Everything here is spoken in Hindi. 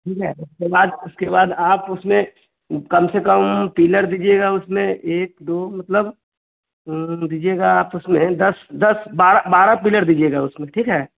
ठीक है उसके बाद उसके बाद आप उसमें कम से कम पिलर दीजिएगा उसमें एक दो मतलब दीजिएगा आप उसमें दस दस बारह बारह पिलर दीजिएगा उसमें ठीक है